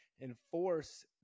enforce